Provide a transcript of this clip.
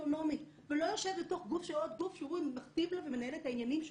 אוטונומית ולא יושב בתוך גוף שהוא מכתיב לו ומנהל את העניינים שלו,